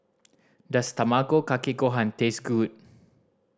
does Tamago Kake Gohan taste good